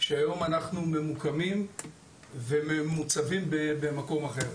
שהיום אנחנו ממוקמים וממוצבים במקום אחר.